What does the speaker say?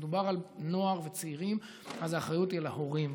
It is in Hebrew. וכשמדובר על נוער וצעירים אז האחריות היא על ההורים.